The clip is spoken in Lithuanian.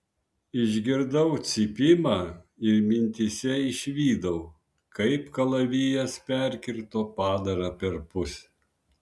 išgirdau cypimą ir mintyse išvydau kaip kalavijas perkirto padarą perpus